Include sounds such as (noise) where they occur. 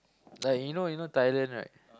(noise) like you know you know Thailand right